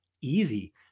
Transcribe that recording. Easy